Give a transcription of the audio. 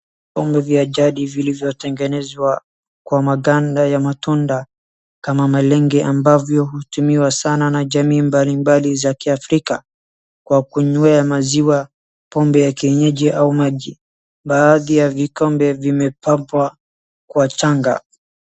Vyombo vya jadi vilivyotengenezwa kwa maganda ya matunda kama malenge ambavyo hutumiwa sana na jamii mbalimbali za kiafrika kwa kunywea maziwa, pombe ya kienyeji au maji. Baadhi ya vikombe vimepambwa kwa shanga.